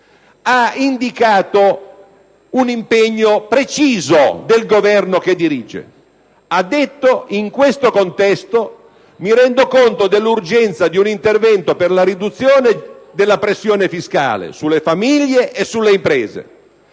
ha indicato un impegno preciso del Governo che dirige. Egli ha detto: in questo contesto mi rendo conto dell'urgenza di un intervento per la riduzione della pressione fiscale sulle famiglie e sulle imprese.